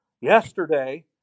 yesterday